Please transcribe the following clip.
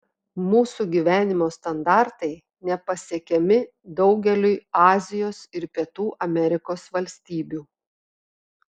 mūsų gyvenimo standartai nepasiekiami daugeliui azijos ir pietų amerikos valstybių